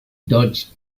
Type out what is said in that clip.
dodged